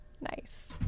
Nice